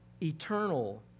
eternal